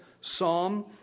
psalm